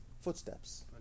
footsteps